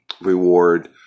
reward